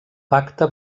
pacte